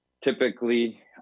typically